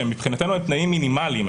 שמבחינתנו הם תנאים מינימליים,